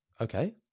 Okay